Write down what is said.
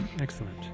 Excellent